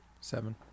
Seven